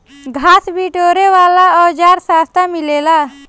घास बिटोरे वाला औज़ार सस्ता मिलेला